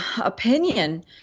opinion